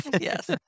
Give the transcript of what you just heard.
Yes